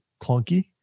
clunky